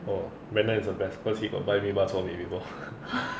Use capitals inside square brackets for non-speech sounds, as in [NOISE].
orh brandon is the best cause he got buy me bak chok mee before [LAUGHS]